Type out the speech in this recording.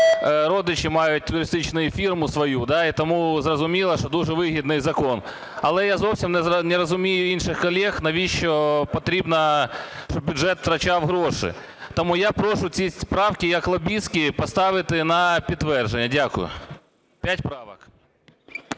родичі мають туристичну фірму свою, і тому зрозуміло, що дуже вигідний закон, але я зовсім не розумію інших колег, навіщо потрібно, щоб бюджет втрачав гроші. Тому я прошу ці правки як лобістські поставити на підтвердження. Дякую. 5 правок.